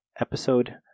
episode